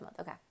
okay